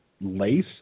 Lace